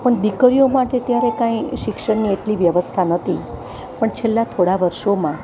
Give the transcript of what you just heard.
પણ દીકરીઓ માટે ત્યારે કાંઈ શિક્ષણની એટલી વ્યવસ્થા નહોતી પણ છેલ્લાં થોડા વર્ષોમાં